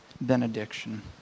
benediction